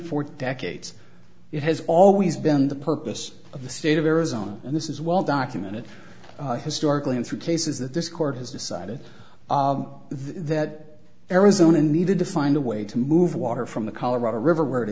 for decades it has always been the purpose of the state of arizona and this is well documented historically and through cases that this court has decided that arizona needed to find a way to move water from the colorado